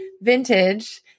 vintage